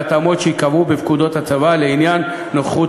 בהתאמות שייקבעו בפקודות הצבא לעניין נוכחות